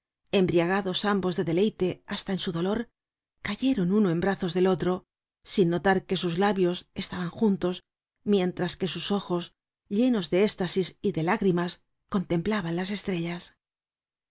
embriagados ambos de deleite hasta en su dolor cayeron uno en brazos del otro sin notar que sus labios estaban juntos mientras que sus ojos llenos de estasis y de lágrimas contemplaban las estrellas